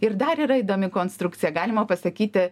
ir dar yra įdomi konstrukcija galima pasakyti